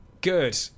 Good